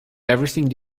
everything